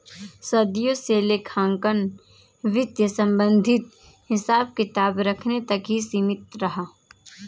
सदियों से लेखांकन वित्त संबंधित हिसाब किताब रखने तक ही सीमित रहा